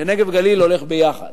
שנגב-גליל הולך ביחד.